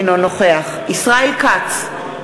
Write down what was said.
אינו נוכח ישראל כץ,